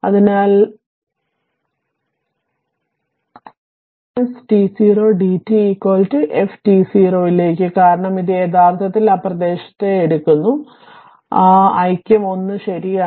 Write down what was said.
അതിനാൽ t t0 d t f t0 ലേക്ക് കാരണം ഇത് യഥാർത്ഥത്തിൽ ആ പ്രദേശത്തെ എടുക്കുന്നു ആ ഐക്യം 1 ശരിയാണ്